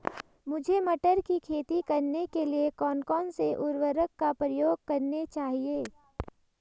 मुझे मटर की खेती करने के लिए कौन कौन से उर्वरक का प्रयोग करने चाहिए?